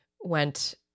went